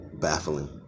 baffling